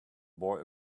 boy